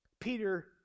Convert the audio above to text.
Peter